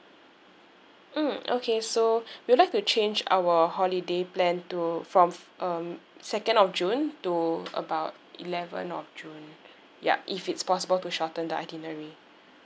mm okay so we would like to change our holiday plan to from um second of june to about eleven of june ya if it's possible to shorten the itinerary